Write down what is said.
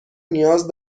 نیاز